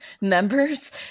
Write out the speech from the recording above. members